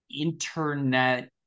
internet